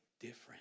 different